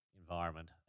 environment